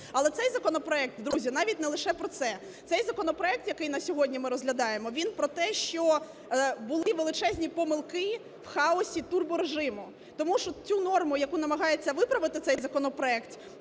Але цей законопроект, друзі, навіть не лише про це. Цей законопроект, який на сьогодні ми розглядаємо, він про те, що були величезні помилки в хаосі турборежиму. Тому що цю норму, яку намагається виправити цей законопроект,